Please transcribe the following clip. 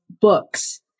books